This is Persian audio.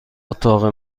اتاق